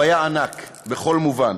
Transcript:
הוא היה ענק בכל מובן.